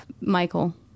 Michael